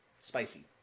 spicy